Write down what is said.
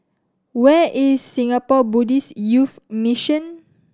where is Singapore Buddhist Youth Mission